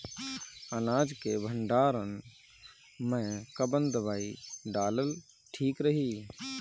अनाज के भंडारन मैं कवन दवाई डालल ठीक रही?